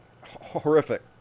Horrific